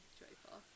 joyful